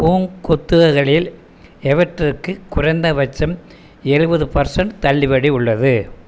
பூங்கொத்துகளில் எவற்றுக்கு குறைந்தப்பட்சம் எழுபது பர்சண்ட் தள்ளுபடி உள்ளது